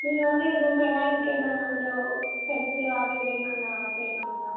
మీది ఓన్లీ రూమేనా ఇంకేమైనా అందులో సెల్ఫ్లు అవి ఇవి ఏమన్నా చేయమంటారా